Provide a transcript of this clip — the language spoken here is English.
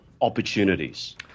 opportunities